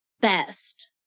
best